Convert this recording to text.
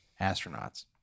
astronauts